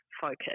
focus